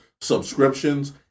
subscriptions